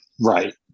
Right